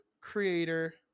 creator